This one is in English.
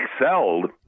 excelled